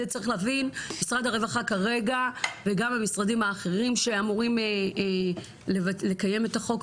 צריך להבין משרד הרווחה כרגע וגם המשרדים האחרים שאמורים לקיים את החוק,